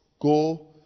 go